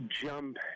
jump